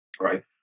right